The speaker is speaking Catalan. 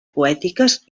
poètiques